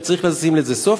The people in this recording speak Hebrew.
וצריך לשים לזה סוף,